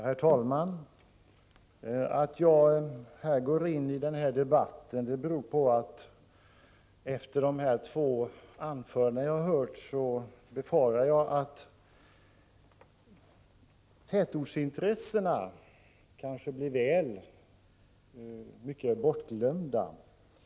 Herr talman! Att jag går in i denna debatt beror på att jag, efter att ha hört dessa två anföranden, befarar att tätortsintressena blir alltför bortglömda.